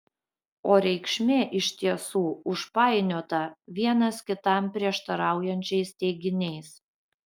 o reikšmė iš tiesų užpainiota vienas kitam prieštaraujančiais teiginiais